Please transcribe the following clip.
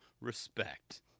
respect